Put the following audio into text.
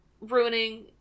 ruining